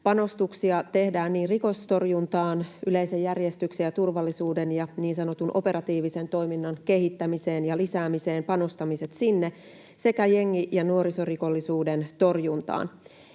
Panostuksia tehdään rikostorjuntaan, yleisen järjestyksen ja turvallisuuden ja niin sanotun operatiivisen toiminnan kehittämiseen ja lisäämiseen sekä jengi- ja nuorisorikollisuuden torjuntaan.